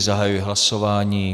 Zahajuji hlasování.